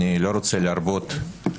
אני לא רוצה להרבות מילים,